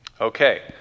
Okay